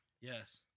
Yes